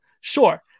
Sure